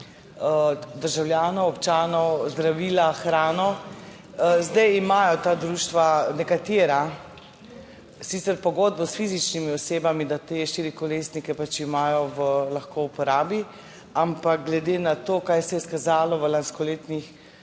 državljanov, občanov zdravila, hrano. Zdaj imajo ta društva, nekatera sicer pogodbo s fizičnimi osebami, da te štirikolesnike pač imajo lahko v uporabi. Ampak glede na to, kaj se je izkazalo v lanskoletnih